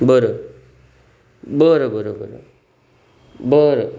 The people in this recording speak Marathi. बरं बरं बरं बरं बरं